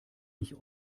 nicht